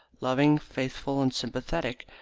loving, faithful, and sympathetic,